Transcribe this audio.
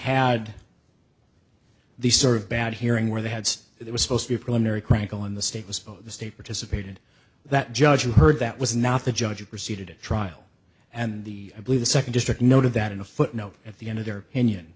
had these sort of bad hearing where they had there were supposed to be a preliminary chronicle in the state was supposed to stay participated that judge you heard that was not the judge proceeded it trial and the i believe the second district noted that in a footnote at the end of their opinion